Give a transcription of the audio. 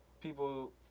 people –